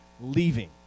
leaving